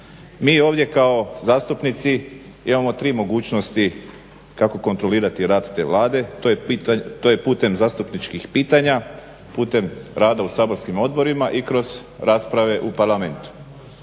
Mi ovdje kao zastupnici imamo tri mogućnosti kako kontrolirati rad te Vlade. To je putem zastupničkih pitanja, putem rada u saborskim odborima i kroz rasprave u Parlamentu.